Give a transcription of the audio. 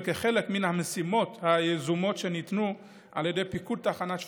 וכחלק מהמשימות היזומות שניתנו על ידי פיקוד תחנת שפרעם,